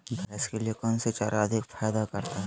भैंस के लिए कौन सी चारा अधिक फायदा करता है?